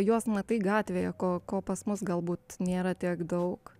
juos matai gatvėje ko ko pas mus galbūt nėra tiek daug